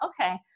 okay